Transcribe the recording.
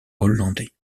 hollandais